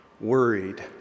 worried